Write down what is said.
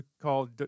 called